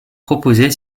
proposée